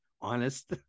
honest